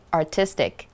artistic 。